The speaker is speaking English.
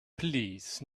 please